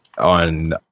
on